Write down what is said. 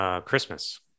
Christmas